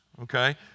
okay